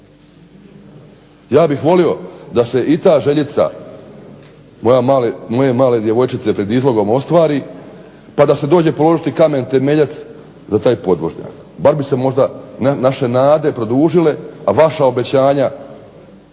Ja bih volio da se i ta željica moje male djevojčice pred izlogom ostvari pa da se dođe položiti kamen temeljac za taj podvožnjak. Bar bi se možda naše nade produžile, a vaša obećanja